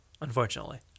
unfortunately